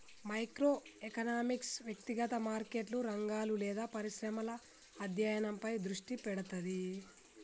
micro economics వ్యక్తిగత మార్కెట్లు, రంగాలు లేదా పరిశ్రమల అధ్యయనంపై దృష్టి పెడతది